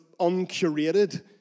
uncurated